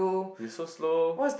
they so slow